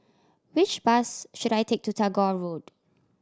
which bus should I take to Tagore Road